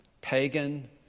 pagan